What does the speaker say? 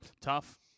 tough